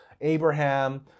Abraham